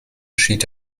schied